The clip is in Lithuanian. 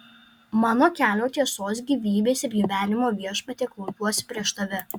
mano kelio tiesos gyvybės ir gyvenimo viešpatie klaupiuosi prieš tave